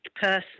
person